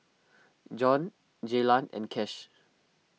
Jon Jaylan and Kash